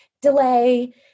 delay